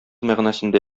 мәгънәсендә